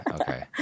okay